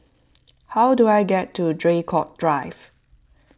how do I get to Draycott Drive